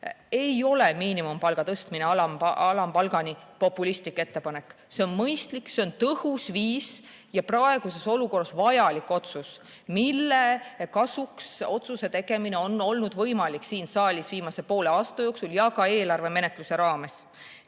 ei ole miinimumi tõstmine alampalgani populistlik ettepanek. See on mõistlik, see on tõhus viis ja praeguses olukorras vajalik ettepanek, mille kasuks otsuse tegemine on olnud võimalik siin saalis viimase poole aasta jooksul ja ka eelarvemenetluse raames.